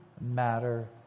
matter